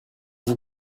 vous